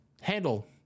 handle